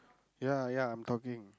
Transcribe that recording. ya ya I'm talking